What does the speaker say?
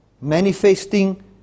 manifesting